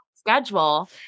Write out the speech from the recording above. schedule